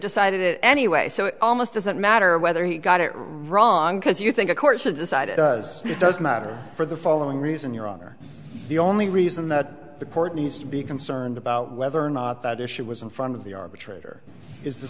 decided it anyway so it almost doesn't matter whether he got it wrong because you think a court should decide it does doesn't matter for the following reason your honor the only reason that the court needs to be concerned about whether or not that issue was in front of the arbitrator is the